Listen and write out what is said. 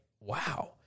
wow